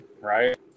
right